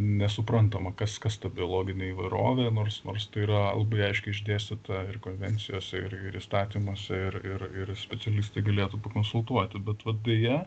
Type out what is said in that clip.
nesuprantama kas kas ta biologinė įvairovė nors nors tai yra labai aiškiai išdėstyta ir konvencijose ir ir įstatymuose ir ir ir specialistai galėtų pakonsultuoti bet vat deja